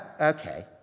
okay